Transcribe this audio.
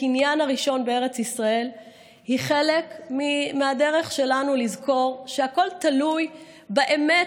הקניין הראשון בארץ ישראל היא חלק מהדרך שלנו לזכור שהכול תלוי באמת